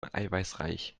eiweißreich